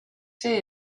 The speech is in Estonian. see